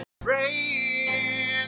praying